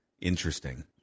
Interesting